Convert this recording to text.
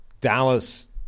Dallas